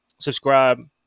subscribe